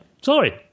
sorry